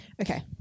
Okay